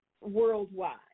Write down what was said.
worldwide